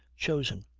chosen.